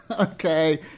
Okay